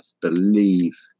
believe